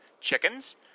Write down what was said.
chickens